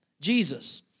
Jesus